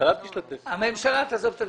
הממשלה תעזוב.